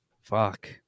Fuck